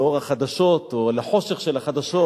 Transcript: לאור החדשות או לחושך של החדשות